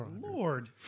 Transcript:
Lord